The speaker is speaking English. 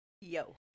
Yo